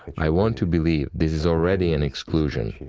i want to believe this is already an exception.